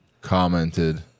commented